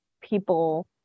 people